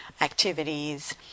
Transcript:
activities